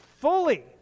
fully